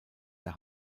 der